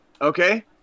Okay